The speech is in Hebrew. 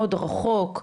מאוד רחוק,